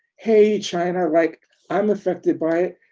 hey, china, like i'm affected by it,